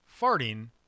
farting